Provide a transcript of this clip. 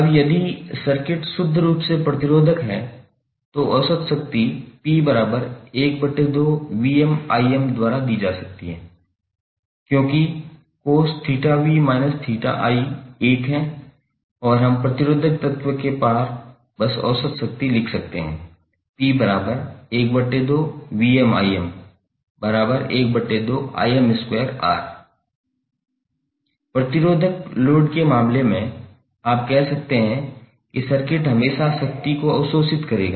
अब यदि सर्किट शुद्ध रूप से प्रतिरोधक है तो औसत शक्ति 𝑃12 द्वारा दी जा सकती है क्योंकि cos𝜃𝑣−𝜃𝑖 एक है और हम प्रतिरोधक तत्व के पार बस औसत शक्ति लिख सकते हैं 𝑃1212𝑅 प्रतिरोधक लोड के मामले में आप कह सकते हैं कि सर्किट हमेशा शक्ति को अवशोषित करेगा